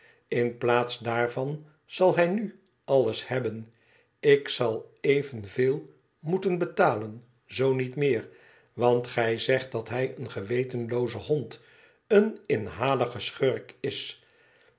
in plaats daarvan zal hij nu alles hebben ik zal evenveel moeten betalen zoo niet meer want gij zegt dat hij een gewetenlooze hond een inhalige schurk is